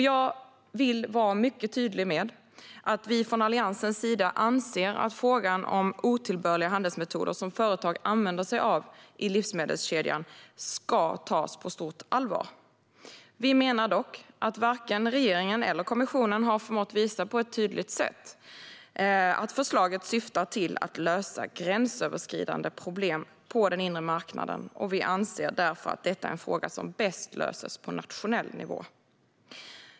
Jag vill vara mycket tydlig med att vi från Alliansens sida anser att frågan om otillbörliga handelsmetoder som företag använder sig av i livsmedelskedjan ska tas på stort allvar. Vi menar dock att varken regeringen eller kommissionen har förmått att på ett tydligt sätt visa att förslaget syftar till att lösa gränsöverskridande problem på den inre marknaden. Vi anser därför att detta är en fråga som bäst löses på nationell nivå.